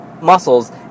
muscles